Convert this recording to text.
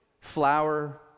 flour